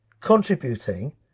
contributing